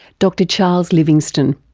dr charles livingstone.